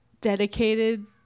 dedicated